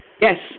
Yes